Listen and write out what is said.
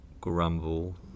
grumble